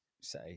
say